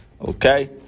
Okay